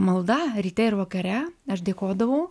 malda ryte ir vakare aš dėkodavau